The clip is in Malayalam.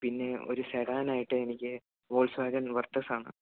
പിന്നെ ഒരു സെഡാനായിട്ട് എനിക്ക് വോൾസ്വാഗൻ വെർട്ടസാണ്